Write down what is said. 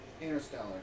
Interstellar